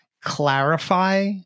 clarify